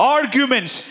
Arguments